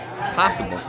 possible